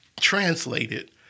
translated